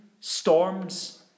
storms